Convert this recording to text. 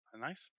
nice